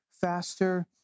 faster